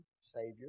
Savior